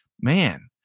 Man